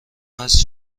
هست